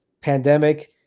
pandemic